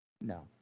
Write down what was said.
No